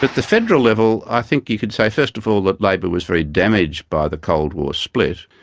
but the federal level, i think you could say first of all that labor was very damaged by the cold war split.